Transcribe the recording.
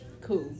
Cool